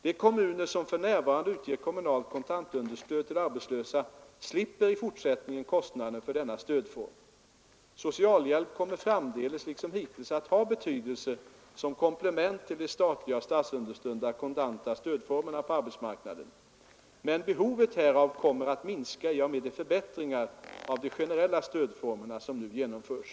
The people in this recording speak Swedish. De kommuner som för närvarande utger kommunalt kontantunderstöd till arbetslösa slipper i fortsättningen kostnaderna för denna stödform. Socialhjälp kommer framdeles liksom hittills att ha betydelse som komplement till de statliga och statsunderstödda kontanta stödformerna på arbetsmarknaden. Men behovet härav kommer att minska i och med de förbättringar av de generella stödformerna som nu genomförs.